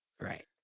Right